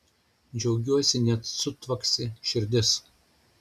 džiaugiuosi net sutvaksi širdis